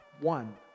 one